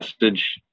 message